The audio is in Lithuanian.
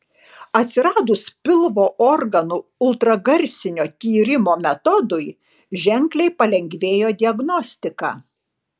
atsiradus pilvo organų ultragarsinio tyrimo metodui ženkliai palengvėjo diagnostika